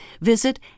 visit